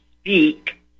speak